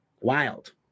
Wild